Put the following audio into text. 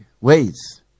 ways